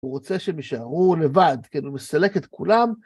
הוא רוצה שהם יישארו לבד, כאילו הוא מסלק את כולם.